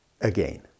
again